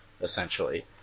essentially